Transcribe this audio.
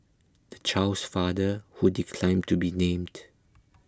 the child's father who declined to be named